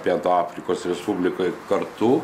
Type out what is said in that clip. pietų afrikos respublikoj kartu